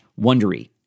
Wondery